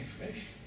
information